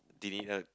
the dinner